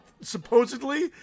supposedly